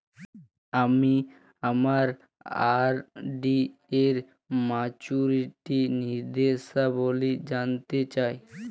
আমি আমার আর.ডি এর মাচুরিটি নির্দেশাবলী জানতে চাই